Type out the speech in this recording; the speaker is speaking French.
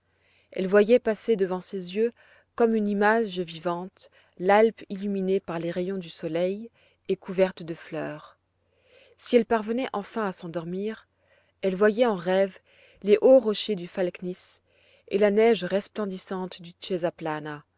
elle voyait passer devant ses yeux comme une image vivante l'alpe illuminée par les rayons du soleil et couverte de fleurs si elle parvenait enfin à s'endormir elle voyait en rêve les hauts rochers du falkniss et la neige resplendissante du câsaplana